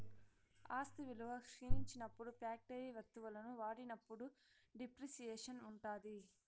ఆస్తి విలువ క్షీణించినప్పుడు ఫ్యాక్టరీ వత్తువులను వాడినప్పుడు డిప్రిసియేషన్ ఉంటాది